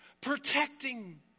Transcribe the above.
Protecting